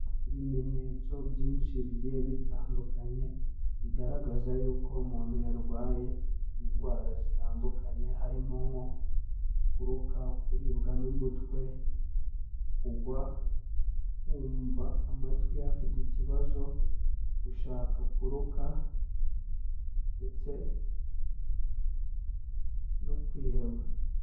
Ibimenyetso byinshi bigiye bitandukanye, bigaragaza y'uko umuntu yarwaye indwara zitandukanye, harimo nko kuruka, kuribwa n'umutwe, kugwa, kumva amatwi ye afite ikibazo, gushaka kuruka ndetse no kwiheba.